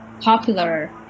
popular